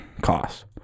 costs